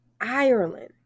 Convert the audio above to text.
ireland